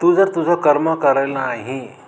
तू जर तुझं कर्म करेल ना ही